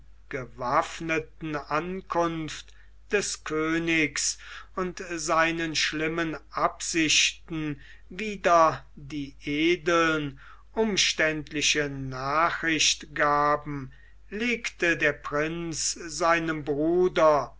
gewaffneten ankunft des königs und seinen schlimmen absichten wider die edeln umständliche nachricht gaben legte der prinz seinem bruder